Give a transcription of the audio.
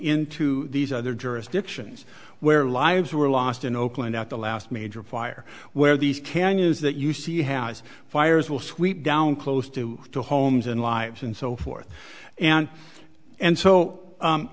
into these other jurisdictions where lives were lost in oakland at the last major fire where these canyons that you see house fires will sweep down close to the homes and lives and so forth and and so